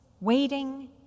waiting